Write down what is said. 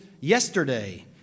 yesterday